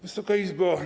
Wysoka Izbo!